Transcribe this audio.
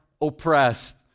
oppressed